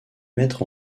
mettre